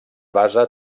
basa